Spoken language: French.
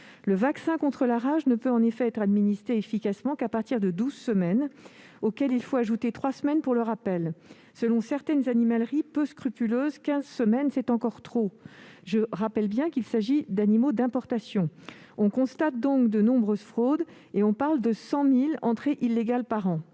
Ce vaccin ne peut en effet être administré qu'à partir de douze semaines, auxquelles il faut ajouter trois semaines pour le rappel. Selon certaines animaleries peu scrupuleuses, quinze semaines, c'est encore trop- je rappelle que nous parlons d'animaux d'importation. On constate donc de nombreuses fraudes et on évoque 100 000 entrées illégales par an.